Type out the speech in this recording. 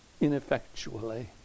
Ineffectually